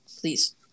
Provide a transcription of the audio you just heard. please